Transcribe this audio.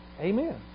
Amen